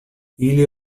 ili